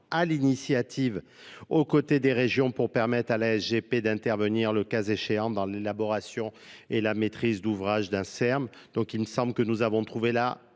à l'initiative aux côtés des régions pour permettre à la G P d'intervenir, le cas échéant dans l'élaboration et la maîtrise d'ouvrage d'un sermon il me semble que nous avons trouvé là